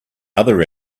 other